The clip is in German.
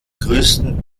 größten